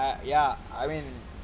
I ya I mean